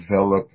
develop